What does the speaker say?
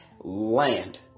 Land